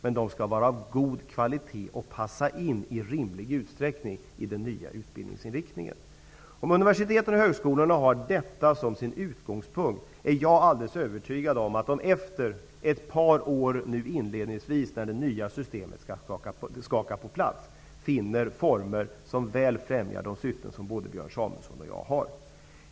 Men de skall vara av god kvalitet och i rimlig utsträckning passa in i den nya utbildningsinriktningen. Om universiteten och högskolorna har detta som sin utgångspunkt är jag alldeles övertygad om att de, efter ett par inledande år när det nya systemet skall skaka på plats, finner former som väl främjar de syften som både Björn Samuelson och jag har.